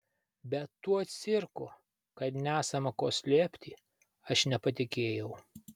bet tuo cirku kad nesama ko slėpti aš nepatikėjau